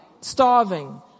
Starving